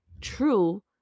true